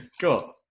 Cool